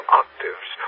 octaves